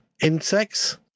Insects